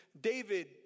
David